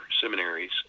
seminaries